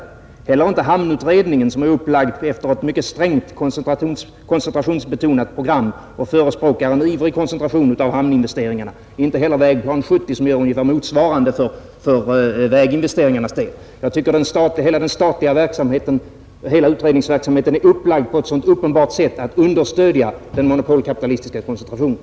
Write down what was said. Inte heller hamnutredningen har nämnts, som är upplagd efter ett mycket strängt koncentrationsbetonat program och ivrigt förespråkar en koncentration av hamninvesteringarna, och inte heller Vägplan 1970, som utgör ungefär motsvarande för väginvesteringarnas del. Jag tycker att hela den statliga utredningsverksamheten är upplagd på ett sätt som uppenbarligen understöder den monopolkapitalistiska koncentrationen.